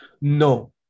no